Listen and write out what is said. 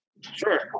Sure